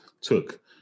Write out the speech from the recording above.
took